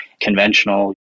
conventional